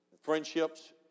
friendships